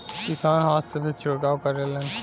किसान हाथ से भी छिड़काव करेलन